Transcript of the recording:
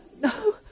no